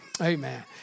Amen